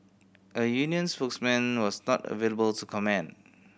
a union spokesman was not available to comment